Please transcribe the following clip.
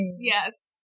Yes